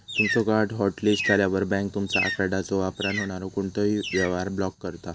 तुमचो card hotlist झाल्यावर, bank तुमचा कार्डच्यो वापरान होणारो कोणतोही व्यवहार ब्लॉक करता